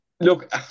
Look